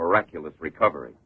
miraculous recovery